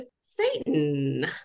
Satan